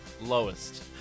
Lowest